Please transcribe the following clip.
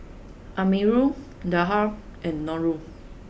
Amirul Dhia and Nurul